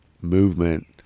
movement